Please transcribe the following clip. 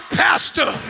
pastor